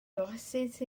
flasus